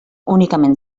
únicament